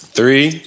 Three